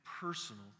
personal